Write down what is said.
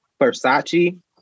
Versace